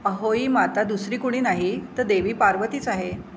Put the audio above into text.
अहोई माता दुसरी कुणी नाही तर देवी पार्वतीच आहे